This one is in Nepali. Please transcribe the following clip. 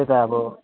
त्यही त अब